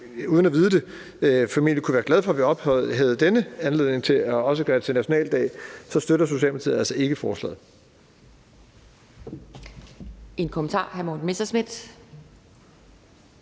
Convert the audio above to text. jeg kan vide det – formentlig ville være glad for, at vi ophøjede denne anledning til nationaldag, så støtter Socialdemokratiet altså ikke forslaget.